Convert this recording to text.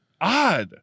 odd